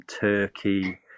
Turkey